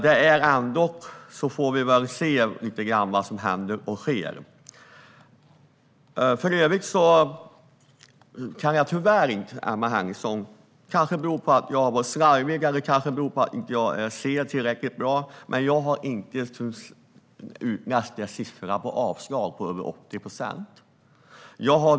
Vi får väl se vad som händer och sker. Det kan bero på att jag är slarvig eller på att jag inte ser tillräckligt bra, Emma Henriksson, men jag har inte sett siffran på över 80 procent för avslag.